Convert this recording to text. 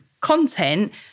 content